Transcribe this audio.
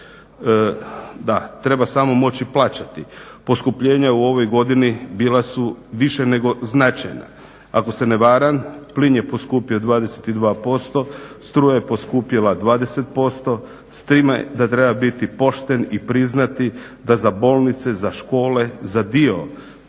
da treba samo moći plaćati. Poskupljenja u ovoj godini bila su više nego značajna. Ako se ne varam plin je poskupio 22%, struja je poskupjela 20% s time da treba biti pošten i priznati da za bolnice, za škole, za dio